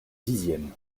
dixièmes